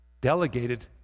delegated